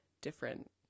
different